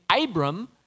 Abram